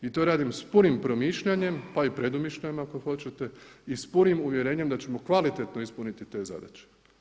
I to radim sa punim premišljanjem, pa i predumišljajima, ako hoćete, i sa punim uvjerenjem da ćemo kvalitetno ispuniti te zadaće.